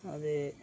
ते